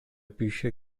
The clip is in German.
bücher